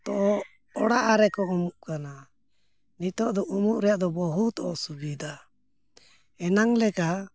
ᱛᱚ ᱚᱲᱟᱜ ᱨᱮᱠᱚ ᱩᱢᱩᱜ ᱠᱟᱱᱟ ᱱᱤᱛᱳᱜ ᱫᱚ ᱩᱢᱩᱜ ᱨᱮᱭᱟᱜ ᱫᱚ ᱵᱚᱦᱩᱛ ᱚᱥᱩᱵᱤᱫᱷᱟ ᱮᱱᱟᱝ ᱞᱮᱠᱟ